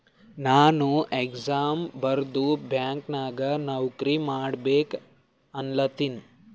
ನಾನು ಎಕ್ಸಾಮ್ ಬರ್ದು ಬ್ಯಾಂಕ್ ನಾಗ್ ನೌಕರಿ ಮಾಡ್ಬೇಕ ಅನ್ಲತಿನ